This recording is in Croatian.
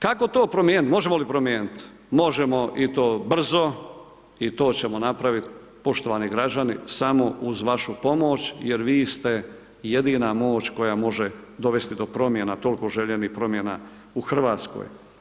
Kako to promijenit, možemo li promijenit, možemo i to brzo i to ćemo napravit poštovani građani samo uz vašu pomoć jer vi ste jedina moć koja može dovesti do promjena, toliko željenih promjena u Hrvatskoj.